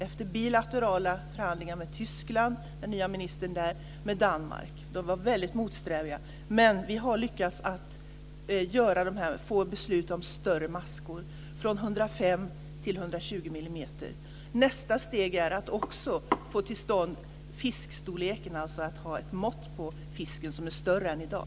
Efter bilaterala förhandlingar med Tysklands nya minister och Danmark, som var väldigt motsträviga, lyckades vi att få beslut om större maskor, från 105 till 120 mm. Nästa steg är att också få till stånd fiskstorlek, alltså att ha ett mått på fisken som är större än i dag.